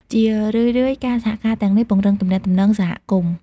ជារឿយៗ ការសហការទាំងនេះពង្រឹងទំនាក់ទំនងសហគមន៍។